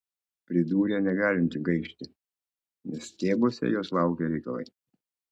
pridūrė negalinti gaišti nes tebuose jos laukią reikalai